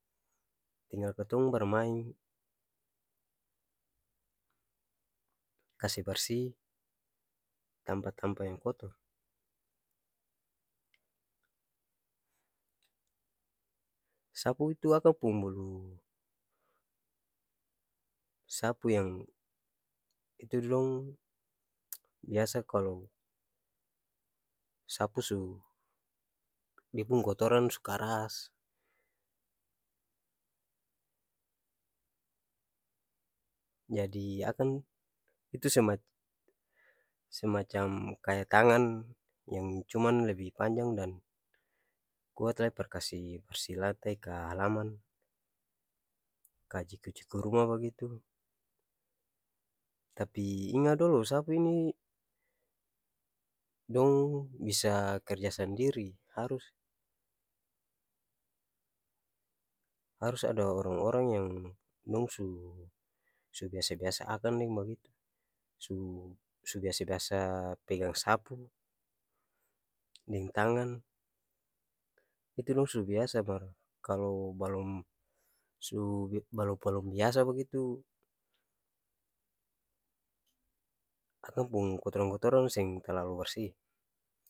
Tinggal katong barmaeng kase barsi tampa-tampa yang kotor sapu itu akang pung molu sapu yang itu dong biasa kalo sapu su dia pung kotoran su karas jadi akang semak semacam kaya tangan yang cuman lebi panjang dan kuat lai par kasi barsi lantai ka halaman ka jiku-jiku ruma bagitu tapi inga dolo sapu ini dong bisa kerja sandiri harus harus ada orang-orang yang dong su su-biasa-biasa akang deng bagitu su su-biasa-biasa pegang sapu deng tangan itu dong su biasa mar kalo balom su balom-balom biasa bagitu akang pung kotoran-kotoran seng talalu bersi.